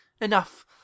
enough